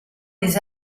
les